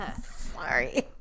Sorry